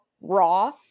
raw